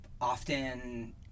often